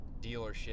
dealership